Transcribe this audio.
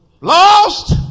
Lost